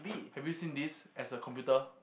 have you seen this as a computer